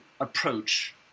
approach